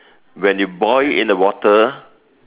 when you boil in the water